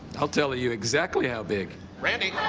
i'll tell you exactly how big. randy?